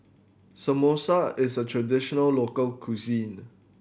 samosa is a traditional local cuisine